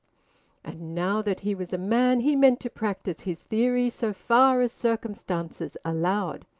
and now that he was a man he meant to practise his theory so far as circumstances allowed.